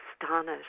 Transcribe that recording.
astonished